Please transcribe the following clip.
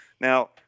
Now